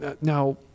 now